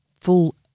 full